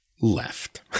left